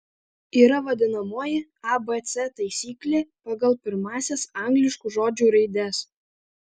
yra vadinamoji abc taisyklė pagal pirmąsias angliškų žodžių raides